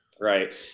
right